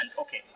okay